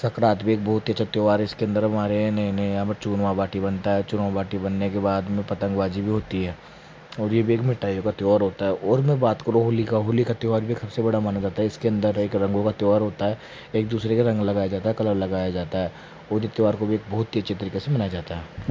संक्रांत भी एक बहुत ही अच्छा त्योहार है इसके अंदर हमारे नए नए यहाँ पर चूरमा बाटी बनता है चूरमा बाटी बनने के बाद में पतंग बाज़ी भी होती है और यह भी एक मिठाइयों का त्योहार होता है और मैं बात करूँ होली का होली का त्योहार भी सबसे बड़ा माना जाता है इसके अंदर एक रंगों का त्योहार होता है एक दूसरे के रंग लगाया जाता है कलर लगाया जाता है और इस त्योहार को भी बहुत ही अच्छी तरीके से मनाया जाता है